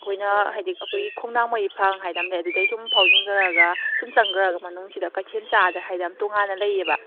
ꯑꯩꯈꯣꯏꯅ ꯍꯥꯏꯗꯤ ꯑꯩꯈꯣꯏꯒꯤ ꯈꯣꯡꯅꯥꯡ ꯃꯔꯤ ꯐꯥꯡ ꯍꯥꯏꯗꯅ ꯑꯃ ꯂꯩ ꯑꯗꯨꯗꯒꯤ ꯁꯨꯝ ꯐꯥꯎꯖꯤꯟꯈ꯭ꯔꯒ ꯁꯨꯝ ꯆꯪꯈ꯭ꯔꯒ ꯃꯅꯨꯡꯁꯤꯗ ꯀꯩꯊꯦꯜ ꯃꯆꯥ ꯍꯥꯏꯗꯅ ꯇꯣꯉꯥꯟꯅ ꯂꯩꯌꯦꯕ